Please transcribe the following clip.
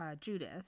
Judith